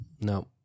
No